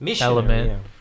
element